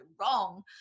wrong